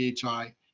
PHI